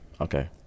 Okay